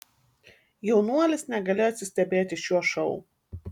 jaunuolis negalėjo atsistebėti šiuo šou